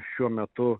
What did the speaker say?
šiuo metu